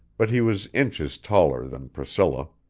but he was inches taller than priscilla.